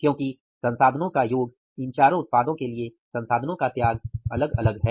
क्योंकि संसाधनों का योग या इन चारों उत्पादों के लिए संसाधनों का त्याग अलग अलग है